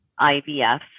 IVF